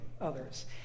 others